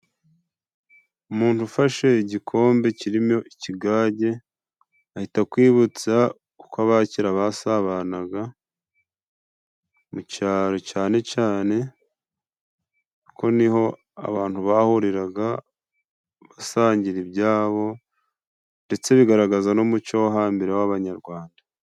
Umuntu ufashe igikombe kirimo ikigage ahita akwibutsa uko aba kera basabanaga mu cyaro cyane cyane， kuko niho abantu bahuriraga basangira ibyabo ndetse bigaragaza n'umuco wo hambere w'abanyarwanda.